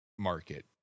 market